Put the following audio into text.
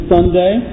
Sunday